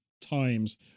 times